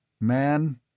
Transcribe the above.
Man